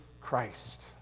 Christ